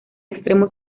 extremo